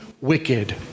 wicked